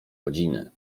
rodziny